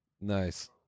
Nice